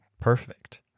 perfect